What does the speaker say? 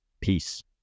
Peace